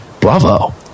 bravo